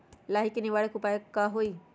लाही के निवारक उपाय का होई?